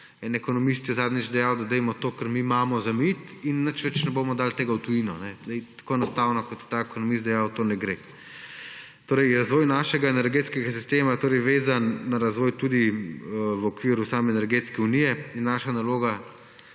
En ekonomist je zadnjič dejal, da dajmo to, kar mi imamo, zamejiti in nič več ne bomo dali tega v tujino. Tako enostavno, kot je ta ekonomist dejal, to ne gre. Razvoj našega energetskega sistema je vezan na razvoj tudi v okviru same energetske unije. Naša naloga,